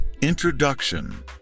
introduction